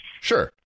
Sure